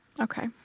okay